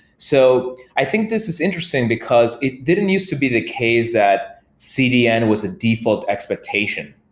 so i think this is interesting, because it didn't used to be the case that cdn was a default expectation.